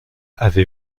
avait